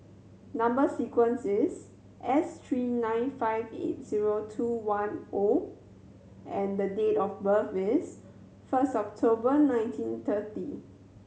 number sequence is S three nine five eight zero two one O and the date of birth is first October nineteen thirty